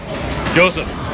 Joseph